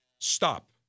Stop